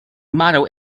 motto